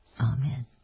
Amen